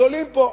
אז עולים פה.